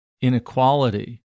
inequality